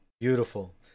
beautiful